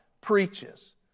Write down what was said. preaches